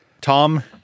Tom